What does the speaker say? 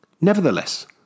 Nevertheless